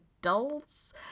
adults